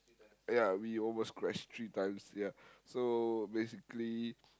ya we almost crash three times ya so basically